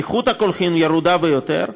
איכות הקולחין ירודה ביותר,